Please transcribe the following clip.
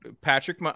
Patrick